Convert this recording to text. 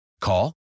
Call